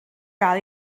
gael